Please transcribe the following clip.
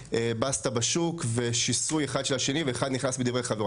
בסטה בשוק ושיסוי אחד של השני ואחד נכנס בדברי חברו.